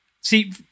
see